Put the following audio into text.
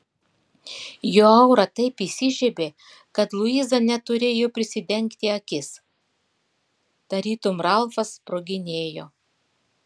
jo aura taip įsižiebė kad luiza net turėjo prisidengti akis tarytum ralfas sproginėjo